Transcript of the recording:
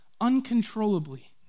uncontrollably